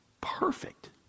perfect